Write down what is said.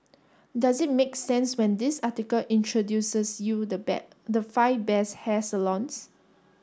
does it make sense when this article introduces you the the five best hair salons